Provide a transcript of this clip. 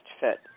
fit